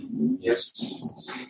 Yes